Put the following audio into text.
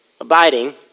abiding